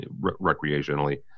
recreationally